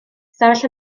ystafell